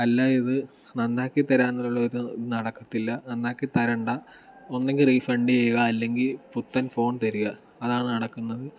അല്ലാതെ ഇത് നന്നാക്കി തരാനുള്ള ഒരു നടക്കത്തില്ല നന്നാക്കി തരേണ്ട ഒന്നുകിൽ റീഫണ്ട് ചെയ്യുക അല്ലെങ്കിൽ പുത്തൻ ഫോൺ തരിക അതാണ് നടക്കുന്നത്